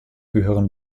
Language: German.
gehören